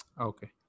Okay